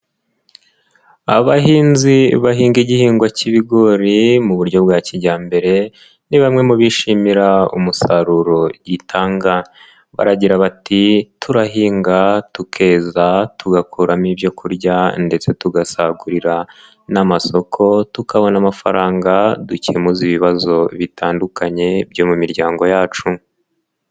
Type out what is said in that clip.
Abahinzi bahinga igihingwa cy'ibigori mu buryo bwa kijyambere, ni bamwe mu bishimira umusaruro gitanga. Baragira bati "turahinga, tukeza, tugakuramo ibyo kurya ndetse tugasagurira n'amasoko, tukabona amafaranga dukemuza ibibazo bitandukanye byo mu miryango yacu".